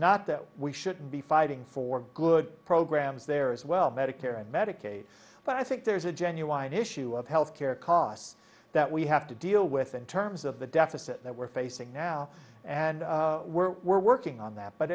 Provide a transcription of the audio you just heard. not that we shouldn't be fighting for good programs there as well medicare and medicaid but i think there's a genuine issue of health care costs that we have to deal with in terms of the deficit that we're facing now and we're working on that but